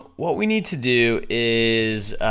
what we need to do is